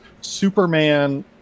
Superman